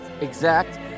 exact